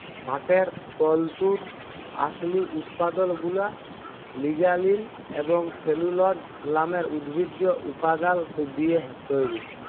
পাটের তল্তুর আসলি উৎপাদলগুলা লিগালিল এবং সেলুলজ লামের উদ্ভিজ্জ উপাদাল দিঁয়ে তৈরি